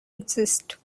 exist